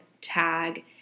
tag